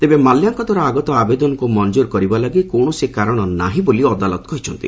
ତେବେ ମାଲ୍ୟାଙ୍କ ଦ୍ୱାରା ଆଗତ ଆବେଦନକ୍ ମଞ୍ଜର କରିବା ଲାଗି କୌଣସି କାରଣ ନାହିଁ ବୋଲି ଅଦାଲତ କହିଛନ୍ତି